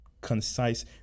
concise